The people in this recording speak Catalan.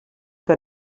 que